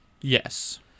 Yes